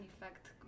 effect